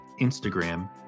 instagram